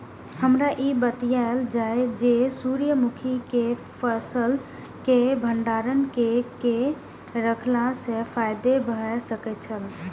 हमरा ई बतायल जाए जे सूर्य मुखी केय फसल केय भंडारण केय के रखला सं फायदा भ सकेय छल?